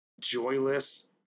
joyless